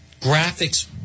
graphics